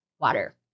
Water